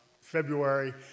February